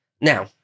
Now